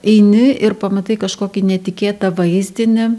eini ir pamatai kažkokį netikėtą vaizdinį